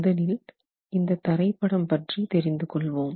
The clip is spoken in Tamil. முதலில் இந்த தரை படம் பற்றி தெரிந்து கொள்வோம்